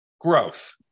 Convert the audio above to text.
Growth